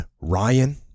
Ryan